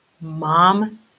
Mom